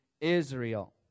Israel